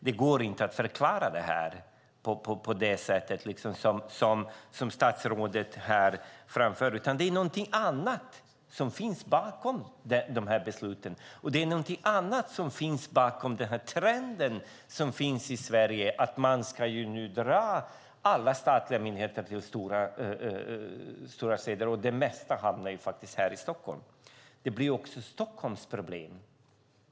Det går inte att förklara nedläggningen på det sätt som statsrådet framför här. Det är något annat som ligger bakom beslutet, och det är något annat som ligger bakom trenden i Sverige att förlägga alla statliga myndigheter till stora städer. Det mesta hamnar faktiskt här i Stockholm. Det blir också ett Stockholmsproblem.